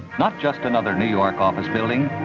not just another new york office building,